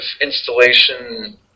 installation